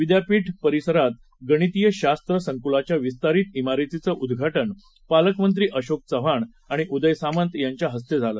विद्यापीठ परिसरात गणितीयशास्त्र संकुलाच्या विस्तारित सिारतीचं उद्घाटन पालकमंत्री अशोक चव्हाण आणि उदय सामंत यांच्या हस्ते झालं